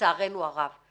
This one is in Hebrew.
לצערנו הרב.